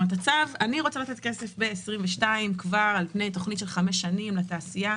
אני רוצה לתת כסף ב-2022 כבר על פני תוכנית של חמש שנים לתעשייה,